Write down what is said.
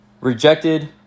Rejected